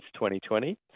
2020